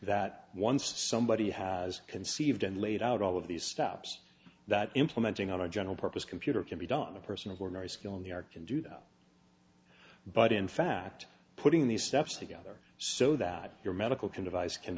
that once somebody has conceived and laid out all of these steps that implementing on a general purpose computer can be done a person of ordinary skill in the ark can do that but in fact putting these steps together so that your medical can